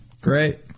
Great